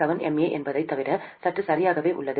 7 mA என்பதைத் தவிர சுற்று சரியாகவே உள்ளது